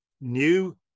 New